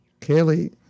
Kaylee